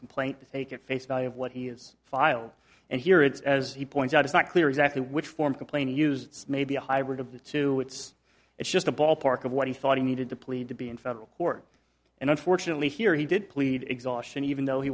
complaint to take at face value of what he has filed and here it is as he points out it's not clear exactly which form complaining used may be a hybrid of the two it's it's just a ballpark of what he thought he needed to plead to be in federal court and unfortunately here he did plead exhaustion even though he